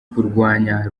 kurwanya